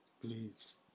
please